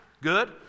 Good